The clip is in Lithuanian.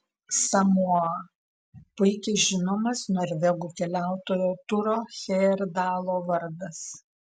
samoa puikiai žinomas norvegų keliautojo turo hejerdalo vardas